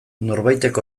norbaitek